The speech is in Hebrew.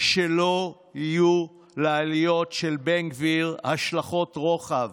שלא יהיו לעליות של בן גביר השלכות רוחב,